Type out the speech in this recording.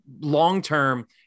long-term